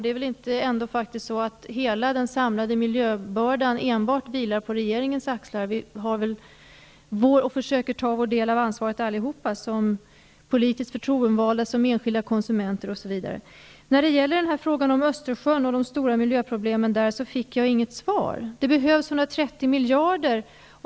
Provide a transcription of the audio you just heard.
Det är inte så att hela den samlade miljöbördan vilar enbart på regeringens axlar. Vi försöker väl alla ta vår del av ansvaret, som politiskt förtroendevalda, som enskilda konsumenter osv. Jag fick inget svar när det gäller frågan om Östersjön och de stora miljöproblemen där. Det behövs 130 miljarder.